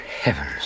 heavens